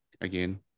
again